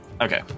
Okay